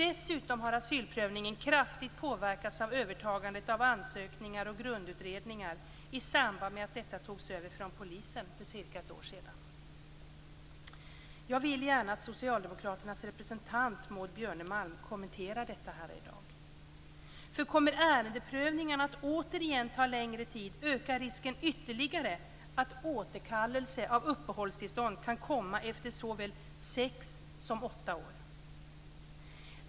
Dessutom har asylprövningen kraftigt påverkats av övertagandet av ansökningar och grundutredningar i samband med att detta togs över från polisen för cirka ett år sedan. Jag vill gärna att socialdemokraternas representant Maud Björnemalm kommenterar detta i dag.